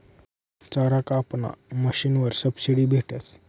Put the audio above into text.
चारा कापाना मशीनवर सबशीडी भेटस